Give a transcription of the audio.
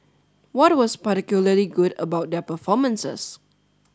what was particularly good about their performances